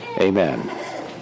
amen